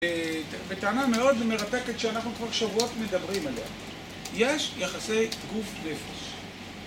ו... וטענה מאוד מרתקת, שאנחנו כבר שבועות מדברים עליה: יש יחסי גוף נפש.